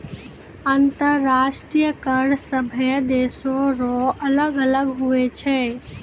अंतर्राष्ट्रीय कर सभे देसो रो अलग अलग हुवै छै